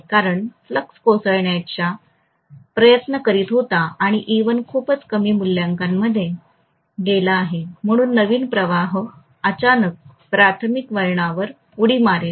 कारण फ्लक्स कोसळण्याचा प्रयत्न करीत होता आणि खूपच कमी मूल्यांमध्ये गेला आहे म्हणून नवीन प्रवाह अचानक प्राथमिक वळणावर उडी मारेल